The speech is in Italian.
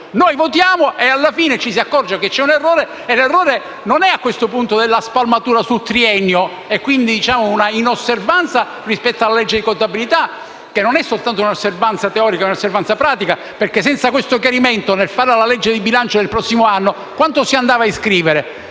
noi votiamo e alla fine ci accorgiamo che c'è un errore, che non è a questo punto della spalmatura su un triennio; è una inosservanza rispetto alla legge di contabilità, e non è soltanto un'inosservanza teorica, bensì pratica: senza questo chiarimento, nel fare la legge di bilancio del prossimo anno, quanto si andava ad iscrivere